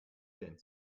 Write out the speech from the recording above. zehn